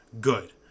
good